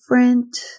different